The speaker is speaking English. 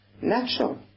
natural